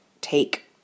take